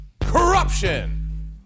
Corruption